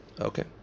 Okay